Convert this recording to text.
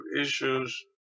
issues